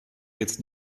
jetzt